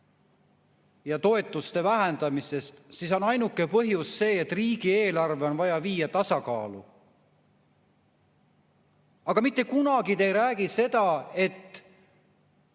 ja toetuste vähendamisest, siis on ainuke põhjus see, et riigieelarve on vaja viia tasakaalu. Aga mitte kunagi ei räägi te seda, et